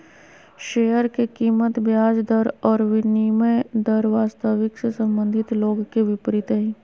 share के कीमत ब्याज दर और विनिमय दर वास्तविक से संबंधित लोग के विपरीत हइ